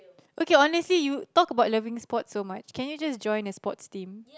okay honestly you talk about loving sports so much can you just join a sports team